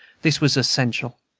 this was essential.